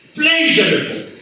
pleasurable